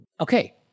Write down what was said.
Okay